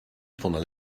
pendant